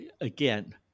again